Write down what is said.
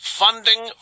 funding